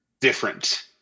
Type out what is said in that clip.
different